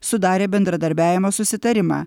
sudarė bendradarbiavimo susitarimą